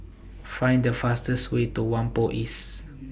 Find The fastest Way to Whampoa East